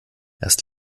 erst